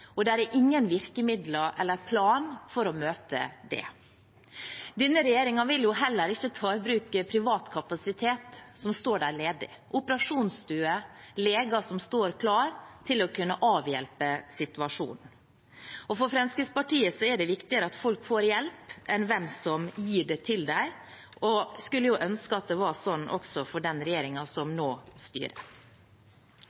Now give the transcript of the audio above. og det er ingen virkemidler eller plan for å møte det. Denne regjeringen vil jo heller ikke ta i bruk privat kapasitet – som står der ledig – operasjonsstuer, leger som står klare til å kunne avhjelpe situasjonen. For Fremskrittspartiet er det viktigere at folk får hjelp enn hvem som gir deg hjelp, og vi skulle jo ønske at det var sånn også for den regjeringen som